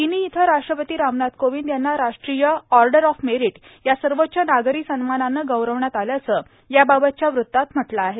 guinea इथं राष्ट्रपती रामनाथ कोविंद यांना राष्ट्रीय ऑर्डर ऑफ मेरिट या सर्वोच्च नागरी सन्मानानं गौरविण्यात आल्याचं याबाबतच्या वृतात म्हटलं आहे